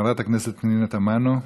חברת הכנסת פנינה תמנו,